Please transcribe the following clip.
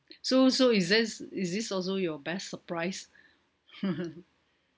so so is this is this also your best surprise